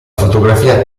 fotografia